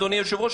אדוני היושב-ראש,